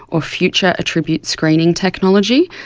or future attribute screening technology.